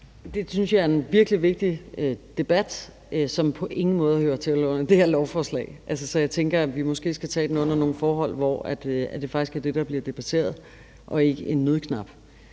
Det synes jeg er en virkelig vigtig debat, som på ingen måde hører til i forbindelse med det her lovforslag. Så jeg tænker, vi måske skal tage den under nogle forhold, hvor det faktisk er det, der bliver debatteret, og ikke en nødknap.